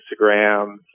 Instagram